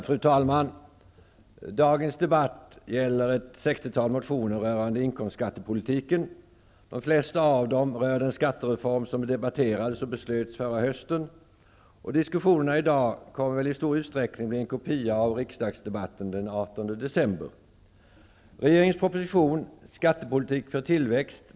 Fru talman! Dagens debatt gäller ett sextiotal motioner rörande inkomstskattepolitiken. De flesta av dem rör den skattereform som debatterades och beslöts förra hösten. Diskussionerna i dag kommer väl i stor utsträckning att bli en kopia av riksdagsdebatten den 18 december.